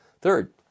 Third